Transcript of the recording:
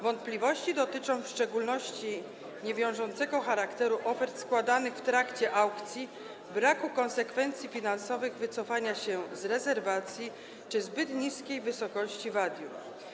Wątpliwości dotyczą w szczególności niewiążącego charakteru ofert składanych w trakcie aukcji, braku konsekwencji finansowych wycofania się z rezerwacji czy zbyt niskiej wysokości wadium.